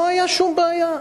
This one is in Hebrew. לא היתה שום בעיה.